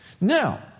Now